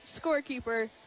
scorekeeper